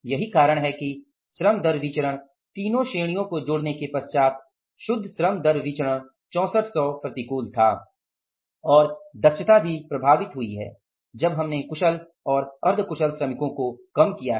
यही कारण है कि श्रम दर विचरण तीनो श्रेणियों को जोड़ने के पश्चात् शुद्ध श्रम दर विचरण 6400 प्रतिकूल था और दक्षता भी प्रभावित हुई है जब हमने कुशल और अर्ध कुशल श्रमिकों को कम किया है